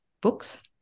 books